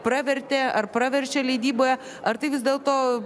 pravertė ar praverčia leidyboje ar tai vis dėlto